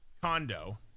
condo